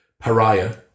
pariah